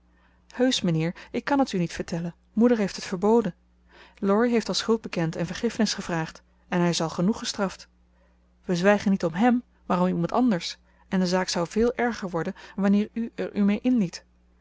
heusch mijnheer ik kan het u niet vertellen moeder heeft het verboden laurie heeft al schuld bekend en vergiffenis gevraagd en hij is al genoeg gestraft we zwijgen niet om hem maar om iemand anders en de zaak zou veel erger worden wanneer u er u mee